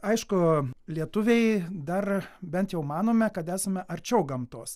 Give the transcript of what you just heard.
aišku lietuviai dar bent jau manome kad esame arčiau gamtos